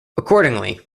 accordingly